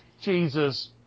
Jesus